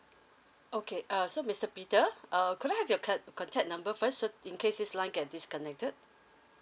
okay uh so mister peter err can I have your card contact number first so in case this line get disconnected